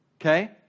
okay